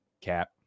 cap